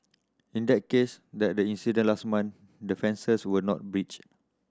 in that case that the incident last month the fences were not breached